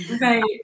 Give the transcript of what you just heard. Right